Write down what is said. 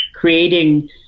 creating